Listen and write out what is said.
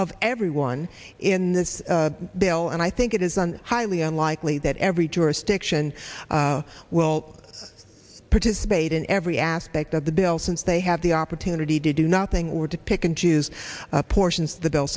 of everyone in this bill and i think it is one highly unlikely that every jurisdiction will participate in every aspect of the bill since they have the opportunity to do nothing or to pick and choose portions the bill